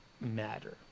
matter